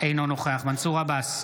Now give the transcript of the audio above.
אינו נוכח מנסור עבאס,